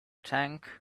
tank